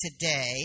today